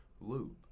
loop